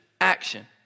action